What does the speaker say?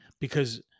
because-